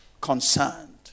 concerned